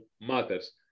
matters